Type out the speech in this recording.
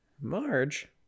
Marge